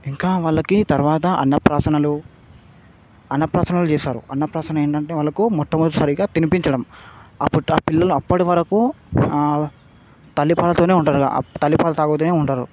ఇంకా వాళ్ళకి తర్వాత అన్నప్రాసనలు అన్నప్రాసనలు చేస్తారు అన్న ప్రాసన ఏంటంటే వాళ్ళకు మొట్టమొదటిసారిగా తినిపించడం ఆ పిల్లలు అప్పటివరకు తల్లిపాలతోనే ఉంటారు తల్లిపాలు తాగుతూనే ఉంటారు